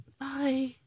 Bye